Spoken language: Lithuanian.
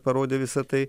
parodė visą tai